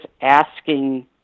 asking